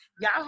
y'all